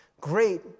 Great